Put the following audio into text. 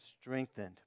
strengthened